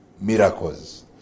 miracles